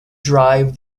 drive